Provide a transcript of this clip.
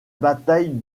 bataille